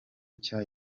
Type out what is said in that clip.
nshya